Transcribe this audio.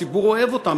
הציבור אוהב אותם,